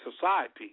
society